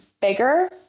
bigger